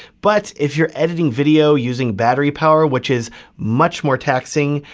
but if you're editing video using battery power which is much more taxing,